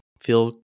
feel